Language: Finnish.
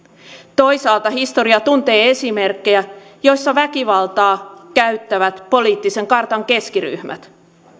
toisaalta historia tuntee esimerkkejä joissa väkivaltaa käyttävät poliittisen kartan keskiryhmät